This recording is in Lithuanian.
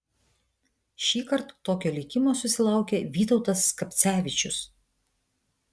šįkart tokio likimo susilaukė vytautas skapcevičius